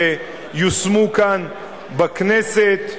שיושמו כאן בכנסת,